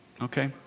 Okay